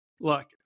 Look